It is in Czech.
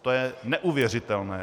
To je neuvěřitelné.